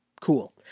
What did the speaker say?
cool